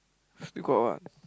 still got what